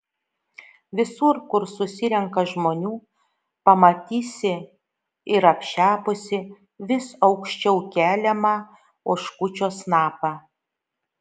visur kur susirenka žmonių pamatysi ir apšepusį vis aukščiau keliamą oškučio snapą